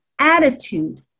attitude